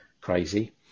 crazy